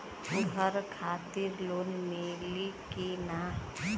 घर खातिर लोन मिली कि ना?